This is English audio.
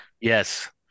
Yes